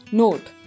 note